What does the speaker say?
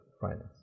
finance